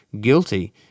guilty